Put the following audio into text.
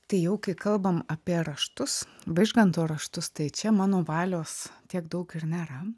tai jau kai kalbam apie raštus vaižganto raštus tai čia mano valios tiek daug ir nėra